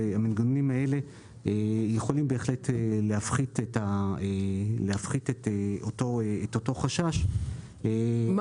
והמנגנונים האלה יכולים בהחלט להפחית את אותו חשש -- מה,